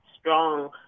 strong